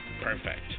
Perfect